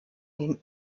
den